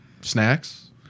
Snacks